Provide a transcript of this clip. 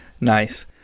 Nice